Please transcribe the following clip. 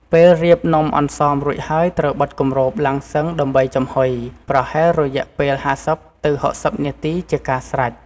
ពេលរៀបនំអន្សមរួចហើយត្រូវបិទគម្របឡាំងសុឹងដើម្បីចំហ៊ុយ ប្រហែលរយៈពេល ៥០ ទៅ ៦០នាទីជាការស្រេច។